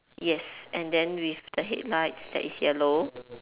yes and then with the headlights that is yellow